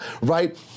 right